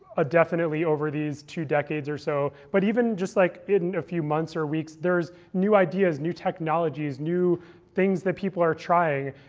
ah definitely, over these two decades or so. but even just like in a few months or weeks, there new ideas, new technologies, new things that people are trying,